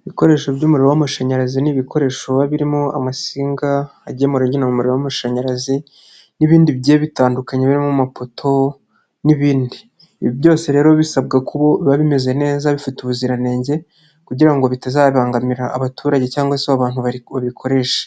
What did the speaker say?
Ibikoresho by'umuriro w'amashanyarazi n'ibikoresho birimo amasinga agemura n' umuriro w'amashanyarazi n'ibindi bigiye bitandukanye birimo amapoto n'ibindi. Ibyose rero bisabwa kuba biba bimeze neza bifite ubuziranenge kugira ngo bitazabangamira abaturage cyangwa se abantu babikoresha.